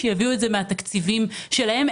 שיביאו את זה מהתקציבים שלהם.